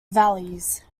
valleys